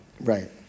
Right